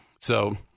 So-